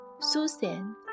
Susan